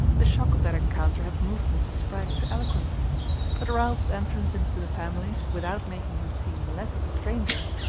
the shock of that encounter had moved mrs. spragg to eloquence but ralph's entrance into the family, without making him seem less of a stranger,